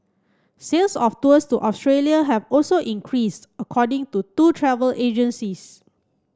sales of tours to Australia have also increased according to two travel agencies